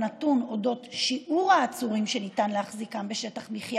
הנתון על שיעור העצורים שניתן להחזיקם בשטח מחיה